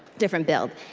different build.